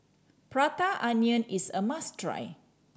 Prata Onion is a must try